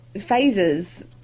phases